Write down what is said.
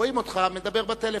רואים אותך מדבר בטלפון.